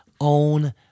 own